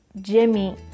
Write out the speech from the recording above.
Jimmy